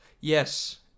Yes